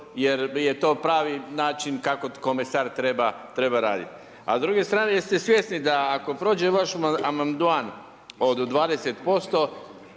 jer je to pravi način kako komesar treba raditi. A s druge strane jeste li svjesni da ako prođe vaš amandman od 20%